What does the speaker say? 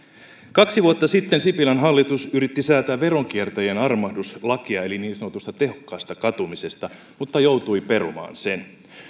kaksi vuotta sitten sipilän hallitus yritti säätää veronkiertäjien armahduslakia niin sanotusta tehokkaasta katumisesta mutta joutui perumaan sen